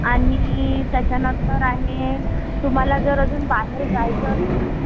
आणि त्याच्यानंतर आहे तुम्हाला जर अजून बाहेर जायचं असेल